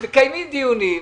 תקיימי דיונים.